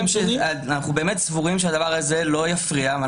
אנחנו באמת סבורים שהדבר הזה לא יפריע.